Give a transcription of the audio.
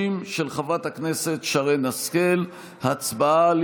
50, של חברת הכנסת שרן השכל, הצבעה על